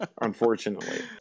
unfortunately